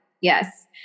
Yes